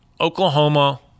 Oklahoma –